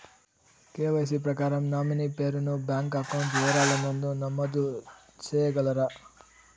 KYC ప్రకారం nominee పేరు ను బ్యాంకు అకౌంట్ వివరాల నందు నమోదు సేయగలరా?